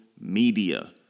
media